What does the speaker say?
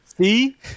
See